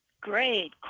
great